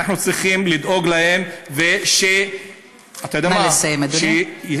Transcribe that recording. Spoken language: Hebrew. אנחנו צריכים לדאוג להם, נא לסיים, אדוני.